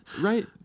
Right